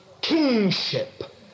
kingship